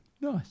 Nice